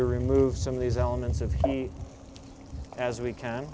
to remove some of these elements of any as we can